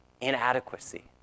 inadequacy